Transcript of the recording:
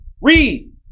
Read